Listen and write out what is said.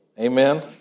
Amen